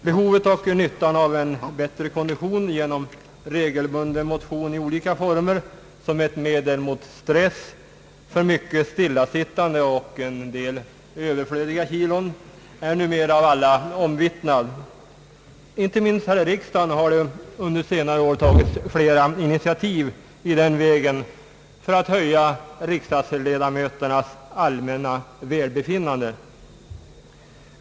Behovet och nyttan av en bättre kondition genom regelbunden motion i olika former såsom ett medel mot stress, för mycket stillasittande och en del överflödiga kilon är numera omvittnade av alla. Inte minst här i riksdagen har det under senare år tagits flera initiativ i den vägen för att höja riksdagsledamöternas allmänna välbefinnande.